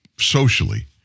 socially